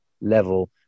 level